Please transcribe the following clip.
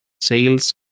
sales